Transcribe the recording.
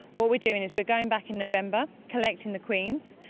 what we're doing is we're going back in november, collecting the queens,